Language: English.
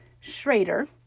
Schrader